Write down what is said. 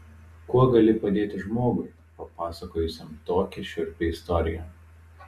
kuo gali padėti žmogui papasakojusiam tokią šiurpią istoriją